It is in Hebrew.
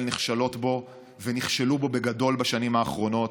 נכשלות ונכשלו בו בגדול בשנים האחרונות,